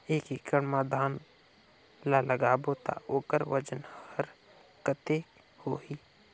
एक एकड़ मा धान ला लगाबो ता ओकर वजन हर कते होही?